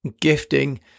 gifting